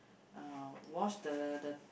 uh wash the the